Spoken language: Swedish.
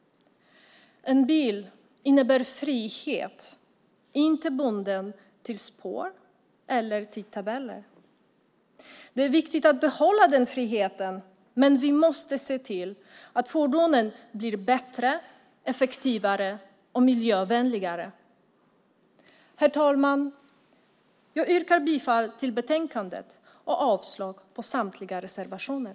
En bil innebär frihet och är inte bunden av spår eller tidtabeller. Det är viktigt att behålla den friheten, men vi måste se till att fordonen blir bättre, effektivare och miljövänligare. Herr talman! Jag yrkar bifall till förslaget i betänkandet och avslag på samtliga reservationer.